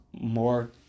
more